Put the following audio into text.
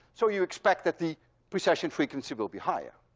so you expect that the precession frequency will be higher.